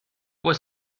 was